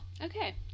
Okay